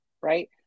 right